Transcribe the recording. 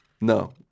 No